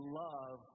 love